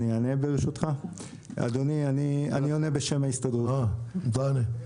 אני עונה בשם ההסתדרות, אדוני.